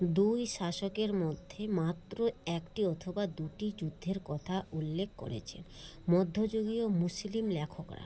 দুই শাসকের মধ্যে মাত্র একটি অথবা দুটি যুদ্ধের কথা উল্লেখ করেছেন মধ্যযুগীয় মুসলিম লেখকরা